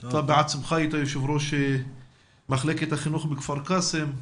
אתה בעצמך היית יושב ראש מחלקת החינוך בכפר קאסם.